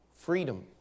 Freedom